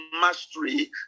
mastery